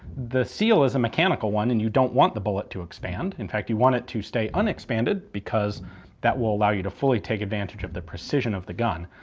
the seal is a mechanical one and you don't want the bullet to expand. in fact you want it to stay unexpanded because that will allow you to fully take advantage of the precision of the gun.